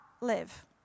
live